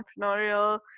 entrepreneurial